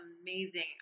amazing